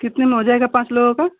कितने में हो जाएगा पाँच लोगों का